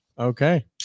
Okay